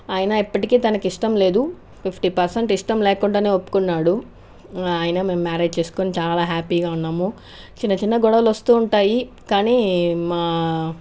అయినా ఇప్పటికీ తనకిష్టం లేదు ఫిఫ్టీ పెర్సెంట్ ఇష్టం లేకుండా ఒప్పుకున్నాడు అయినా మేము మ్యారేజ్ చేసుకొని చాలా హ్యాపీగా ఉన్నాము చిన్న చిన్న గొడవలు వస్తు ఉంటాయి కానీ మా